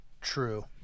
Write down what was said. True